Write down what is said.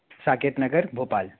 Saket Nagar Bhopal